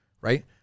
right